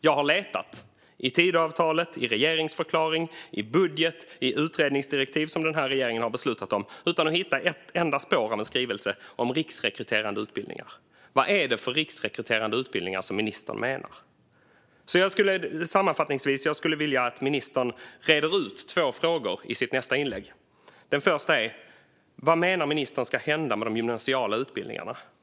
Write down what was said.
Jag har letat i Tidöavtalet, i regeringsförklaringen, i budgeten och i utredningsdirektiv som denna regering har beslutat om utan att hitta ett enda spår av en skrivelse om riksrekryterande utbildningar. Vad är det för riksrekryterande utbildningar som ministern menar? Jag skulle, sammanfattningsvis, vilja att ministern reder ut två frågor i sitt nästa inlägg. Den första är: Vad menar ministern ska hända med de gymnasiala utbildningarna?